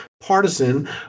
partisan